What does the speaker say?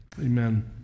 Amen